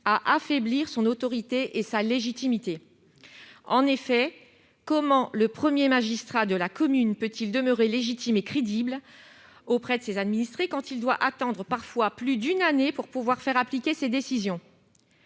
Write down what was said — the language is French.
à affaiblir son autorité et sa légitimité. Comment le premier magistrat de la commune peut-il demeurer légitime et crédible auprès de ses administrés s'il doit attendre parfois plus d'une année pour faire appliquer ses décisions ?